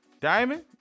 Diamond